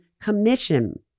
commission